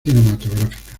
cinematográfica